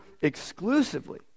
exclusively